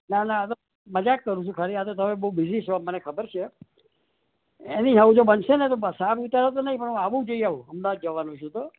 ના ના આતો મજાક કરું છું ખાલી આતો તમે બહુ બીઝી છો મને ખબર છે એની સાથે જો બનશેને તો બસા ઉતારો તો નઇ પણ હું આબુ જઈ આવું અમદાવાદ જવાનું થયું તો